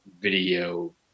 video